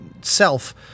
self